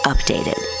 Updated